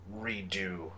redo